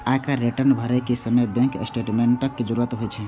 आयकर रिटर्न भरै के समय बैंक स्टेटमेंटक जरूरत होइ छै